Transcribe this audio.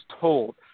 told